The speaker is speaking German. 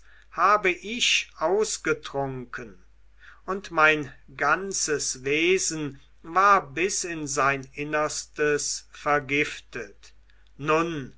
habe ich ausgetrunken und mein ganzes wesen war bis in sein innerstes vergiftet nun